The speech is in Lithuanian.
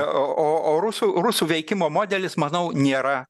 o o rusų rusų veikimo modelis manau nėra